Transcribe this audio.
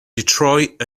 detroit